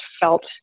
felt